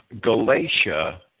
Galatia